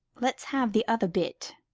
let's have the other bit.